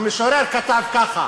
המשורר כתב ככה: